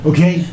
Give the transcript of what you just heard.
Okay